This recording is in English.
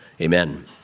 Amen